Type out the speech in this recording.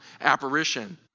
apparition